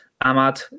Ahmad